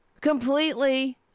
completely